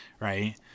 right